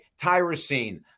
tyrosine